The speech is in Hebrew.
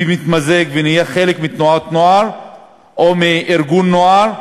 ומתמזג, ונהיה חלק מתנועת נוער או מארגון נוער,